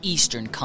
Eastern